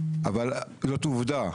אבל זאת עובדה.